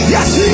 Yes